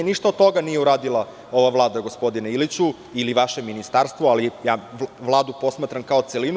Ništa od toga nije odradila ova vlada, gospodine Iliću, ili vaše Ministarstvo, a Vladu posmatram kao celinu.